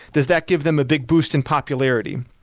does that give them a big boost in popularity?